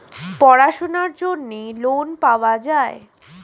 পড়াশোনার জন্য লোন পাওয়া যায়